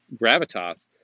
gravitas